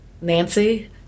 Nancy